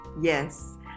Yes